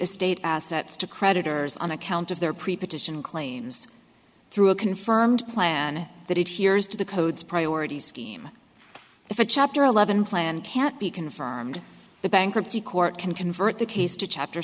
estate assets to creditors on account of their pre partition claims through a confirmed plan that it hears to the codes priority scheme if a chapter eleven plan can't be confirmed the bankruptcy court can convert the case to chapter